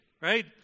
right